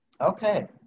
Okay